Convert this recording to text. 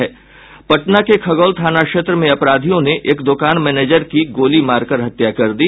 पटना के खगौल थाना क्षेत्र में अपराधियों ने एक दुकान मैनेजर की गोली मारकर हत्या कर दी